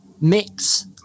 mix